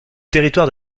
territoire